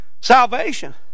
Salvation